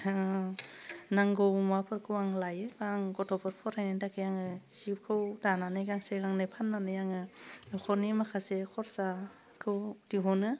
नांगौ मुवाफोरखौ आं लाइयो बा आं गथ'फोर फरायनायनि थाखाय आङो जिखौ दानानै गांसे गांनै फाननानै आङो नखरनि माखासे खरसाखौ दिहुनो